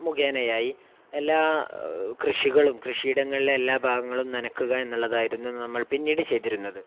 മുഖേനയായി എല്ലാ കൃഷികളും കൃഷിയിടങ്ങളിലെ എല്ലാ ഭാഗങ്ങളും നനയ്ക്കുകയെന്നുള്ളതായിരുന്നു നമ്മൾ പിന്നീട് ചെയ്തിരുന്നത്